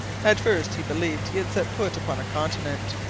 at first he believed he had set foot upon a continent.